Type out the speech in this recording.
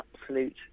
absolute